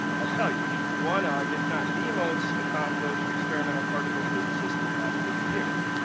i'll tell you. he's one of, if not the most accomplished experimental particle physicists of the last fifty years.